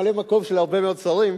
אני ממלא-מקום של הרבה מאוד שרים.